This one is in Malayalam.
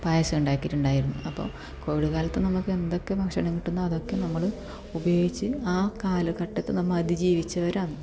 പായസം ഉണ്ടാക്കിയിട്ടുണ്ടായിരുന്നു അപ്പം കോവിഡ് കാലത്ത് നമുക്ക് എന്തൊക്കെ ഭക്ഷണം കിട്ടുന്നോ അതൊക്കെ നമ്മള് ഉപയോഗിച്ച് ആ കാലഘട്ടത്തെ നമ്മ അതിജീവിച്ചവരാണ്